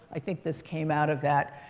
i think this came out of that.